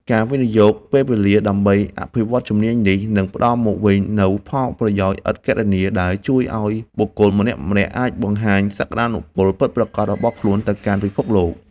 ការវិនិយោគពេលវេលាដើម្បីអភិវឌ្ឍជំនាញនេះ នឹងផ្ដល់មកវិញនូវផលប្រយោជន៍ឥតគណនា ដែលជួយឱ្យបុគ្គលម្នាក់ៗអាចបង្ហាញសក្ដានុពលពិតប្រាកដរបស់ខ្លួនទៅកាន់ពិភពលោក។